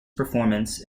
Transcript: performance